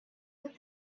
with